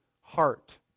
heart